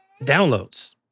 downloads